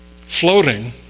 floating